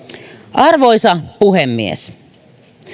arvoisa puhemies